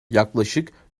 yaklaşık